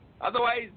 Otherwise